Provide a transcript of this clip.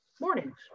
mornings